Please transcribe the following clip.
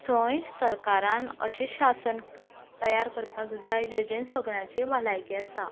थंय सरकारान अशें शासन तयार करपाक जाय जें जें सगळ्यांची भलायकी आसा